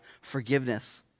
Forgiveness